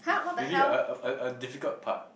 maybe a a a a difficult part